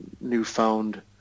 newfound